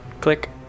Click